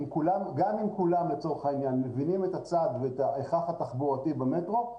גם אם כולם לצורך העניין מבינים את הצעד ואת ההכרח התחבורתי במטרו,